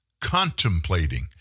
contemplating